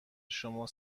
شما